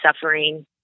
suffering